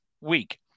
week